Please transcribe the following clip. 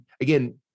again